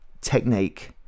technique